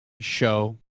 show